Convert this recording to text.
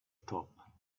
top